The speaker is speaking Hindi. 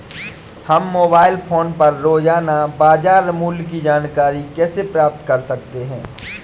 हम मोबाइल फोन पर रोजाना बाजार मूल्य की जानकारी कैसे प्राप्त कर सकते हैं?